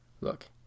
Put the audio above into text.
Look